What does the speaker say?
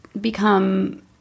become